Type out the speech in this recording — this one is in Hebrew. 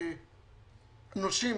נושים